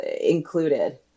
included